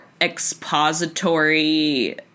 expository